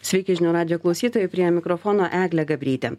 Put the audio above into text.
sveiki žinių radijo klausytojai prie mikrofono eglė gabrytė